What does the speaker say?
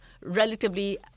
relatively